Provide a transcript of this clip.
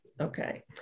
Okay